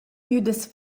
gnüdas